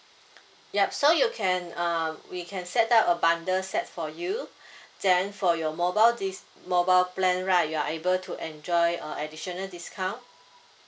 yup so you can uh we can set up a bundle set for you then for your mobile dis~ mobile plan right you are able to enjoy a additional discount